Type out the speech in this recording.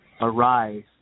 arise